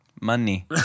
Money